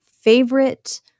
favorite